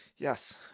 Yes